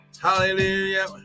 hallelujah